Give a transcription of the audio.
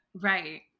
right